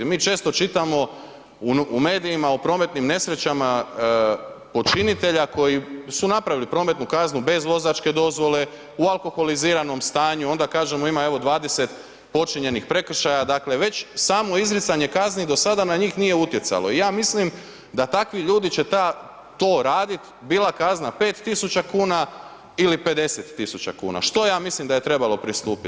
Mi često čitamo u medijima o prometnim nesrećama počinitelja koji su napravili prometnu kaznu bez vozačke dozvole, u alkoholiziranom stanju, onda kažemo, ima evo 20 počinjenih prekršaja, dakle, već samo izricanje kazni do sada na njih nije utjecalo, ja mislim da takvi ljudi će to radit bila kazna 5.000,00 kn ili 50.000,00 kn, što ja mislim da je trebalo pristupit.